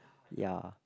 ya